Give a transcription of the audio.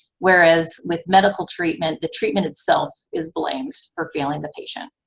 whereas with medical treatment, the treatment itself is blamed for failing the patient.